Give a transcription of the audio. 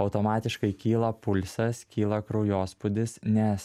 automatiškai kyla pulsas kyla kraujospūdis nes